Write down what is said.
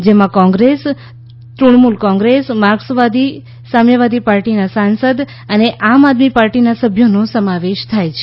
જેમાં કોંગ્રેસ તૃણમુલ કોંગ્રેસ માર્કસવાદી સામ્યવાદી પાર્ટીના સાંસદ અને આમ આદમી પાર્ટીના સભ્યોનો સમાવેશ થાય છે